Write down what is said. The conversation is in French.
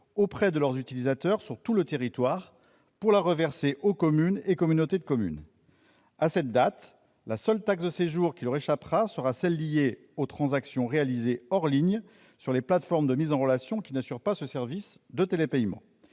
auprès de leurs utilisateurs sur tout le territoire pour la reverser aux communes et communautés de communes. À cette date, la seule taxe de séjour qui leur échappera sera celle qui est liée aux transactions réalisées hors ligne sur les plateformes de mise en relation qui n'assurent pas de service de télépaiement.